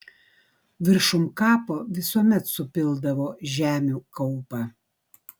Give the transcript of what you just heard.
viršum kapo visuomet supildavo žemių kaupą